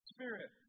Spirit